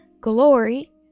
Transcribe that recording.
glory